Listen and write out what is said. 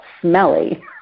smelly